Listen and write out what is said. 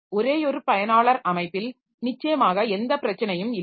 ஒரேயொரு பயனாளர் அமைப்பில் நிச்சயமாக எந்த பிரச்சனையும் இல்லை